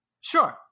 Sure